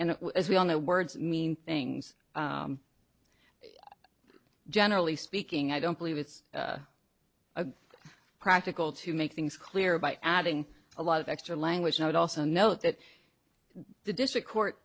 and as we all know words mean things generally speaking i don't believe it's a practical to make things clearer by adding a lot of extra language and i would also note that the district court